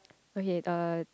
okay uh